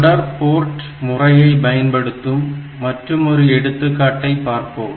தொடர் போர்ட் முறையை பயன்படுத்தும் மற்றும் ஒரு எடுத்துக்காட்டைப் பார்ப்போம்